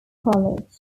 college